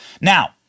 Now